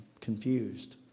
confused